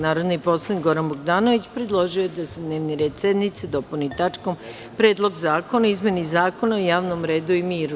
Narodni poslanik Goran Bogdanović predložio je da se dnevni red sednice dopuni tačkom – Predlog zakona o izmeni Zakona o javnom redu i miru.